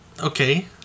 Okay